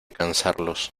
cansarlos